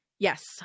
Yes